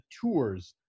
tours